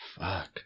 Fuck